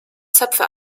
zöpfe